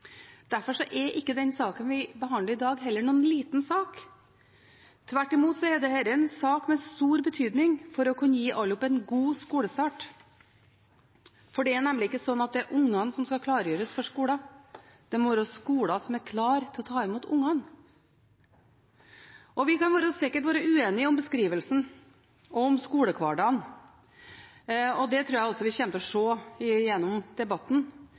Derfor er ikke den saken vi behandler i dag, heller noen liten sak. Tvert imot er dette en sak med stor betydning for å kunne gi alle en god skolestart. Det er nemlig ikke slik at det er ungene som skal klargjøres for skolen, det må være skolene som er klare til å ta imot ungene. Vi kan sikkert være uenige om beskrivelsen og om skolehverdagen, og det tror jeg også vi kommer til å se gjennom debatten,